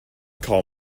call